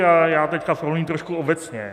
A já teď promluvím trošku obecně.